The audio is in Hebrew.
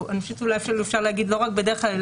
או אולי אפשר להגיד לא רק בדרך כלל,